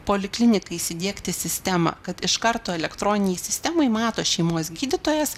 poliklinika įsidiegti sistemą kad iš karto elektroninėj sistemoj mato šeimos gydytojas